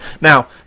Now